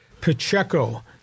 Pacheco